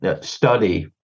study